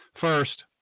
First